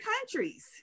countries